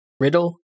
Riddle